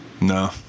No